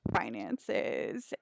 finances